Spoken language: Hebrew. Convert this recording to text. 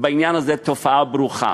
בעניין הזה תופעה ברוכה,